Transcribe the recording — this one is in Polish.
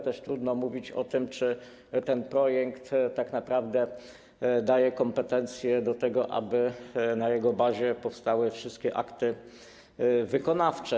Trudno mówić również o tym, czy ten projekt tak naprawdę daje kompetencje do tego, aby na jego bazie powstały wszystkie akty wykonawcze.